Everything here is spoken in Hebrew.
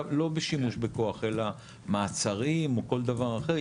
לא בשימוש בכוח אלא מעצרים או כל דבר אחר?